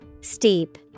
Steep